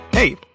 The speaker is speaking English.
Hey